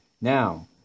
Now